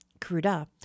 Kuruda